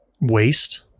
waste